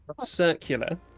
Circular